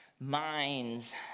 minds